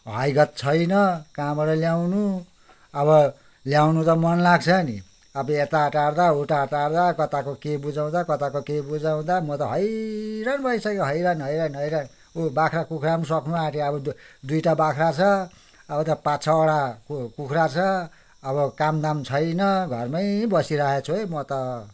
हैगत छैन कहाँबाट ल्याउनु अब ल्याउनु त मन लाग्छ नि अब यता टार्दा उता टार्दा कताको के बुझाउँदा कताको के बुझाउँदा म त हैरान भइसक्यो हैरान हैरान हैरान उ बाख्रा कुखुरा पनि सक्नु आँट्यो अब दुइटा बाख्रा छ अब त पाँच छवटा कुखुरा छ अब काम दाम छैन घरमै बसिराखेको छु है म त